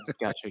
gotcha